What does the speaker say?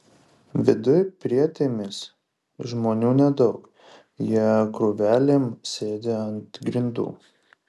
viduj prietėmis žmonių nedaug jie krūvelėm sėdi ant grindų